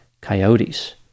coyotes